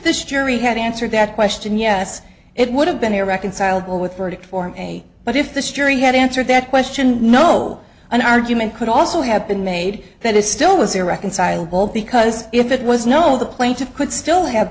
this jury had answered that question yes it would have been irreconcilable with verdict form a but if this jury had answered that question no an argument could also have been made that it still was irreconcilable because if it was no the plaintiff could still have